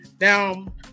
Now